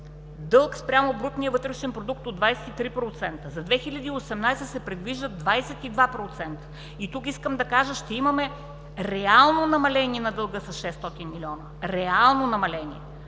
дълг спрямо брутния вътрешен продукт от 23%. За 2018 г. се предвиждат 22%. Тук искам да кажа: ще имаме реално намаление на дълга с 600 милиона. Реално намаление!